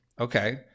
Okay